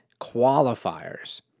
qualifiers